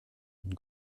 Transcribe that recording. une